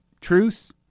Truth